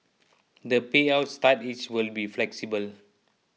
the payout start age will be flexible